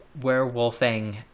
Werewolfing